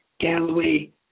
Galloway